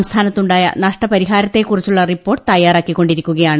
സംസ്ഥാനത്തുണ്ടായ നഷ്ടപരിഹാരത്തെ കുറിച്ചുള്ള റിപ്പോർട്ട് തയ്യാറാക്കിക്കൊണ്ടിരിക്കുകയാണ്